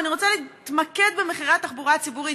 ואני רוצה להתמקד במחירי התחבורה הציבורית,